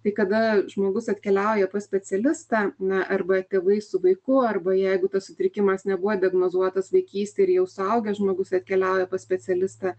tai kada žmogus atkeliauja pas specialistą na arba tėvai su vaiku arba jeigu tas sutrikimas nebuvo diagnozuotas vaikystėj ir jau suaugęs žmogus atkeliauja pas specialistą